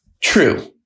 True